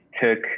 took